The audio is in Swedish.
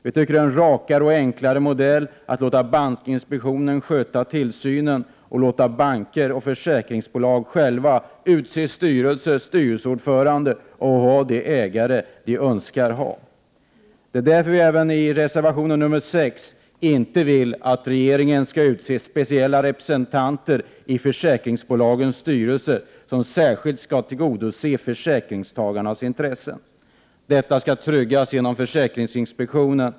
Det vore en rakare och enklare modell att låta bankinspektionen sköta tillsynen och låta banker och försäkringsbolag själva utse styrelser och styrelseordförande samt välja vilka ägare de önskar ha. Det är därför vi i reservation 6 inte vill att regeringen skall utse speciella representanter i försäkringsbolagens styrelser, som särskilt skall tillgodose försäkringstagarnas intressen. Detta skall tryggas genom försäkringsinspek tionen.